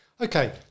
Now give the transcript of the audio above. Okay